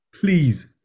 please